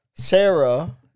Sarah